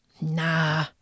Nah